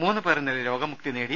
മൂന്ന് പേർ ഇന്നലെ രോഗമുക്തി നേടി